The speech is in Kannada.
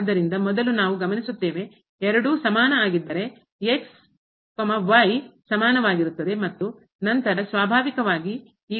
ಆದ್ದರಿಂದ ಮೊದಲು ನಾವು ಗಮನಿಸುತ್ತೇವೆ ಎರಡೂ ಸಮಾನ ಆಗಿದ್ದರೆ ಸಮಾನವಾಗಿರುತ್ತದೆ ಮತ್ತು ನಂತರ ಸ್ವಾಭಾವಿಕವಾಗಿ ಈ